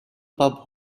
pub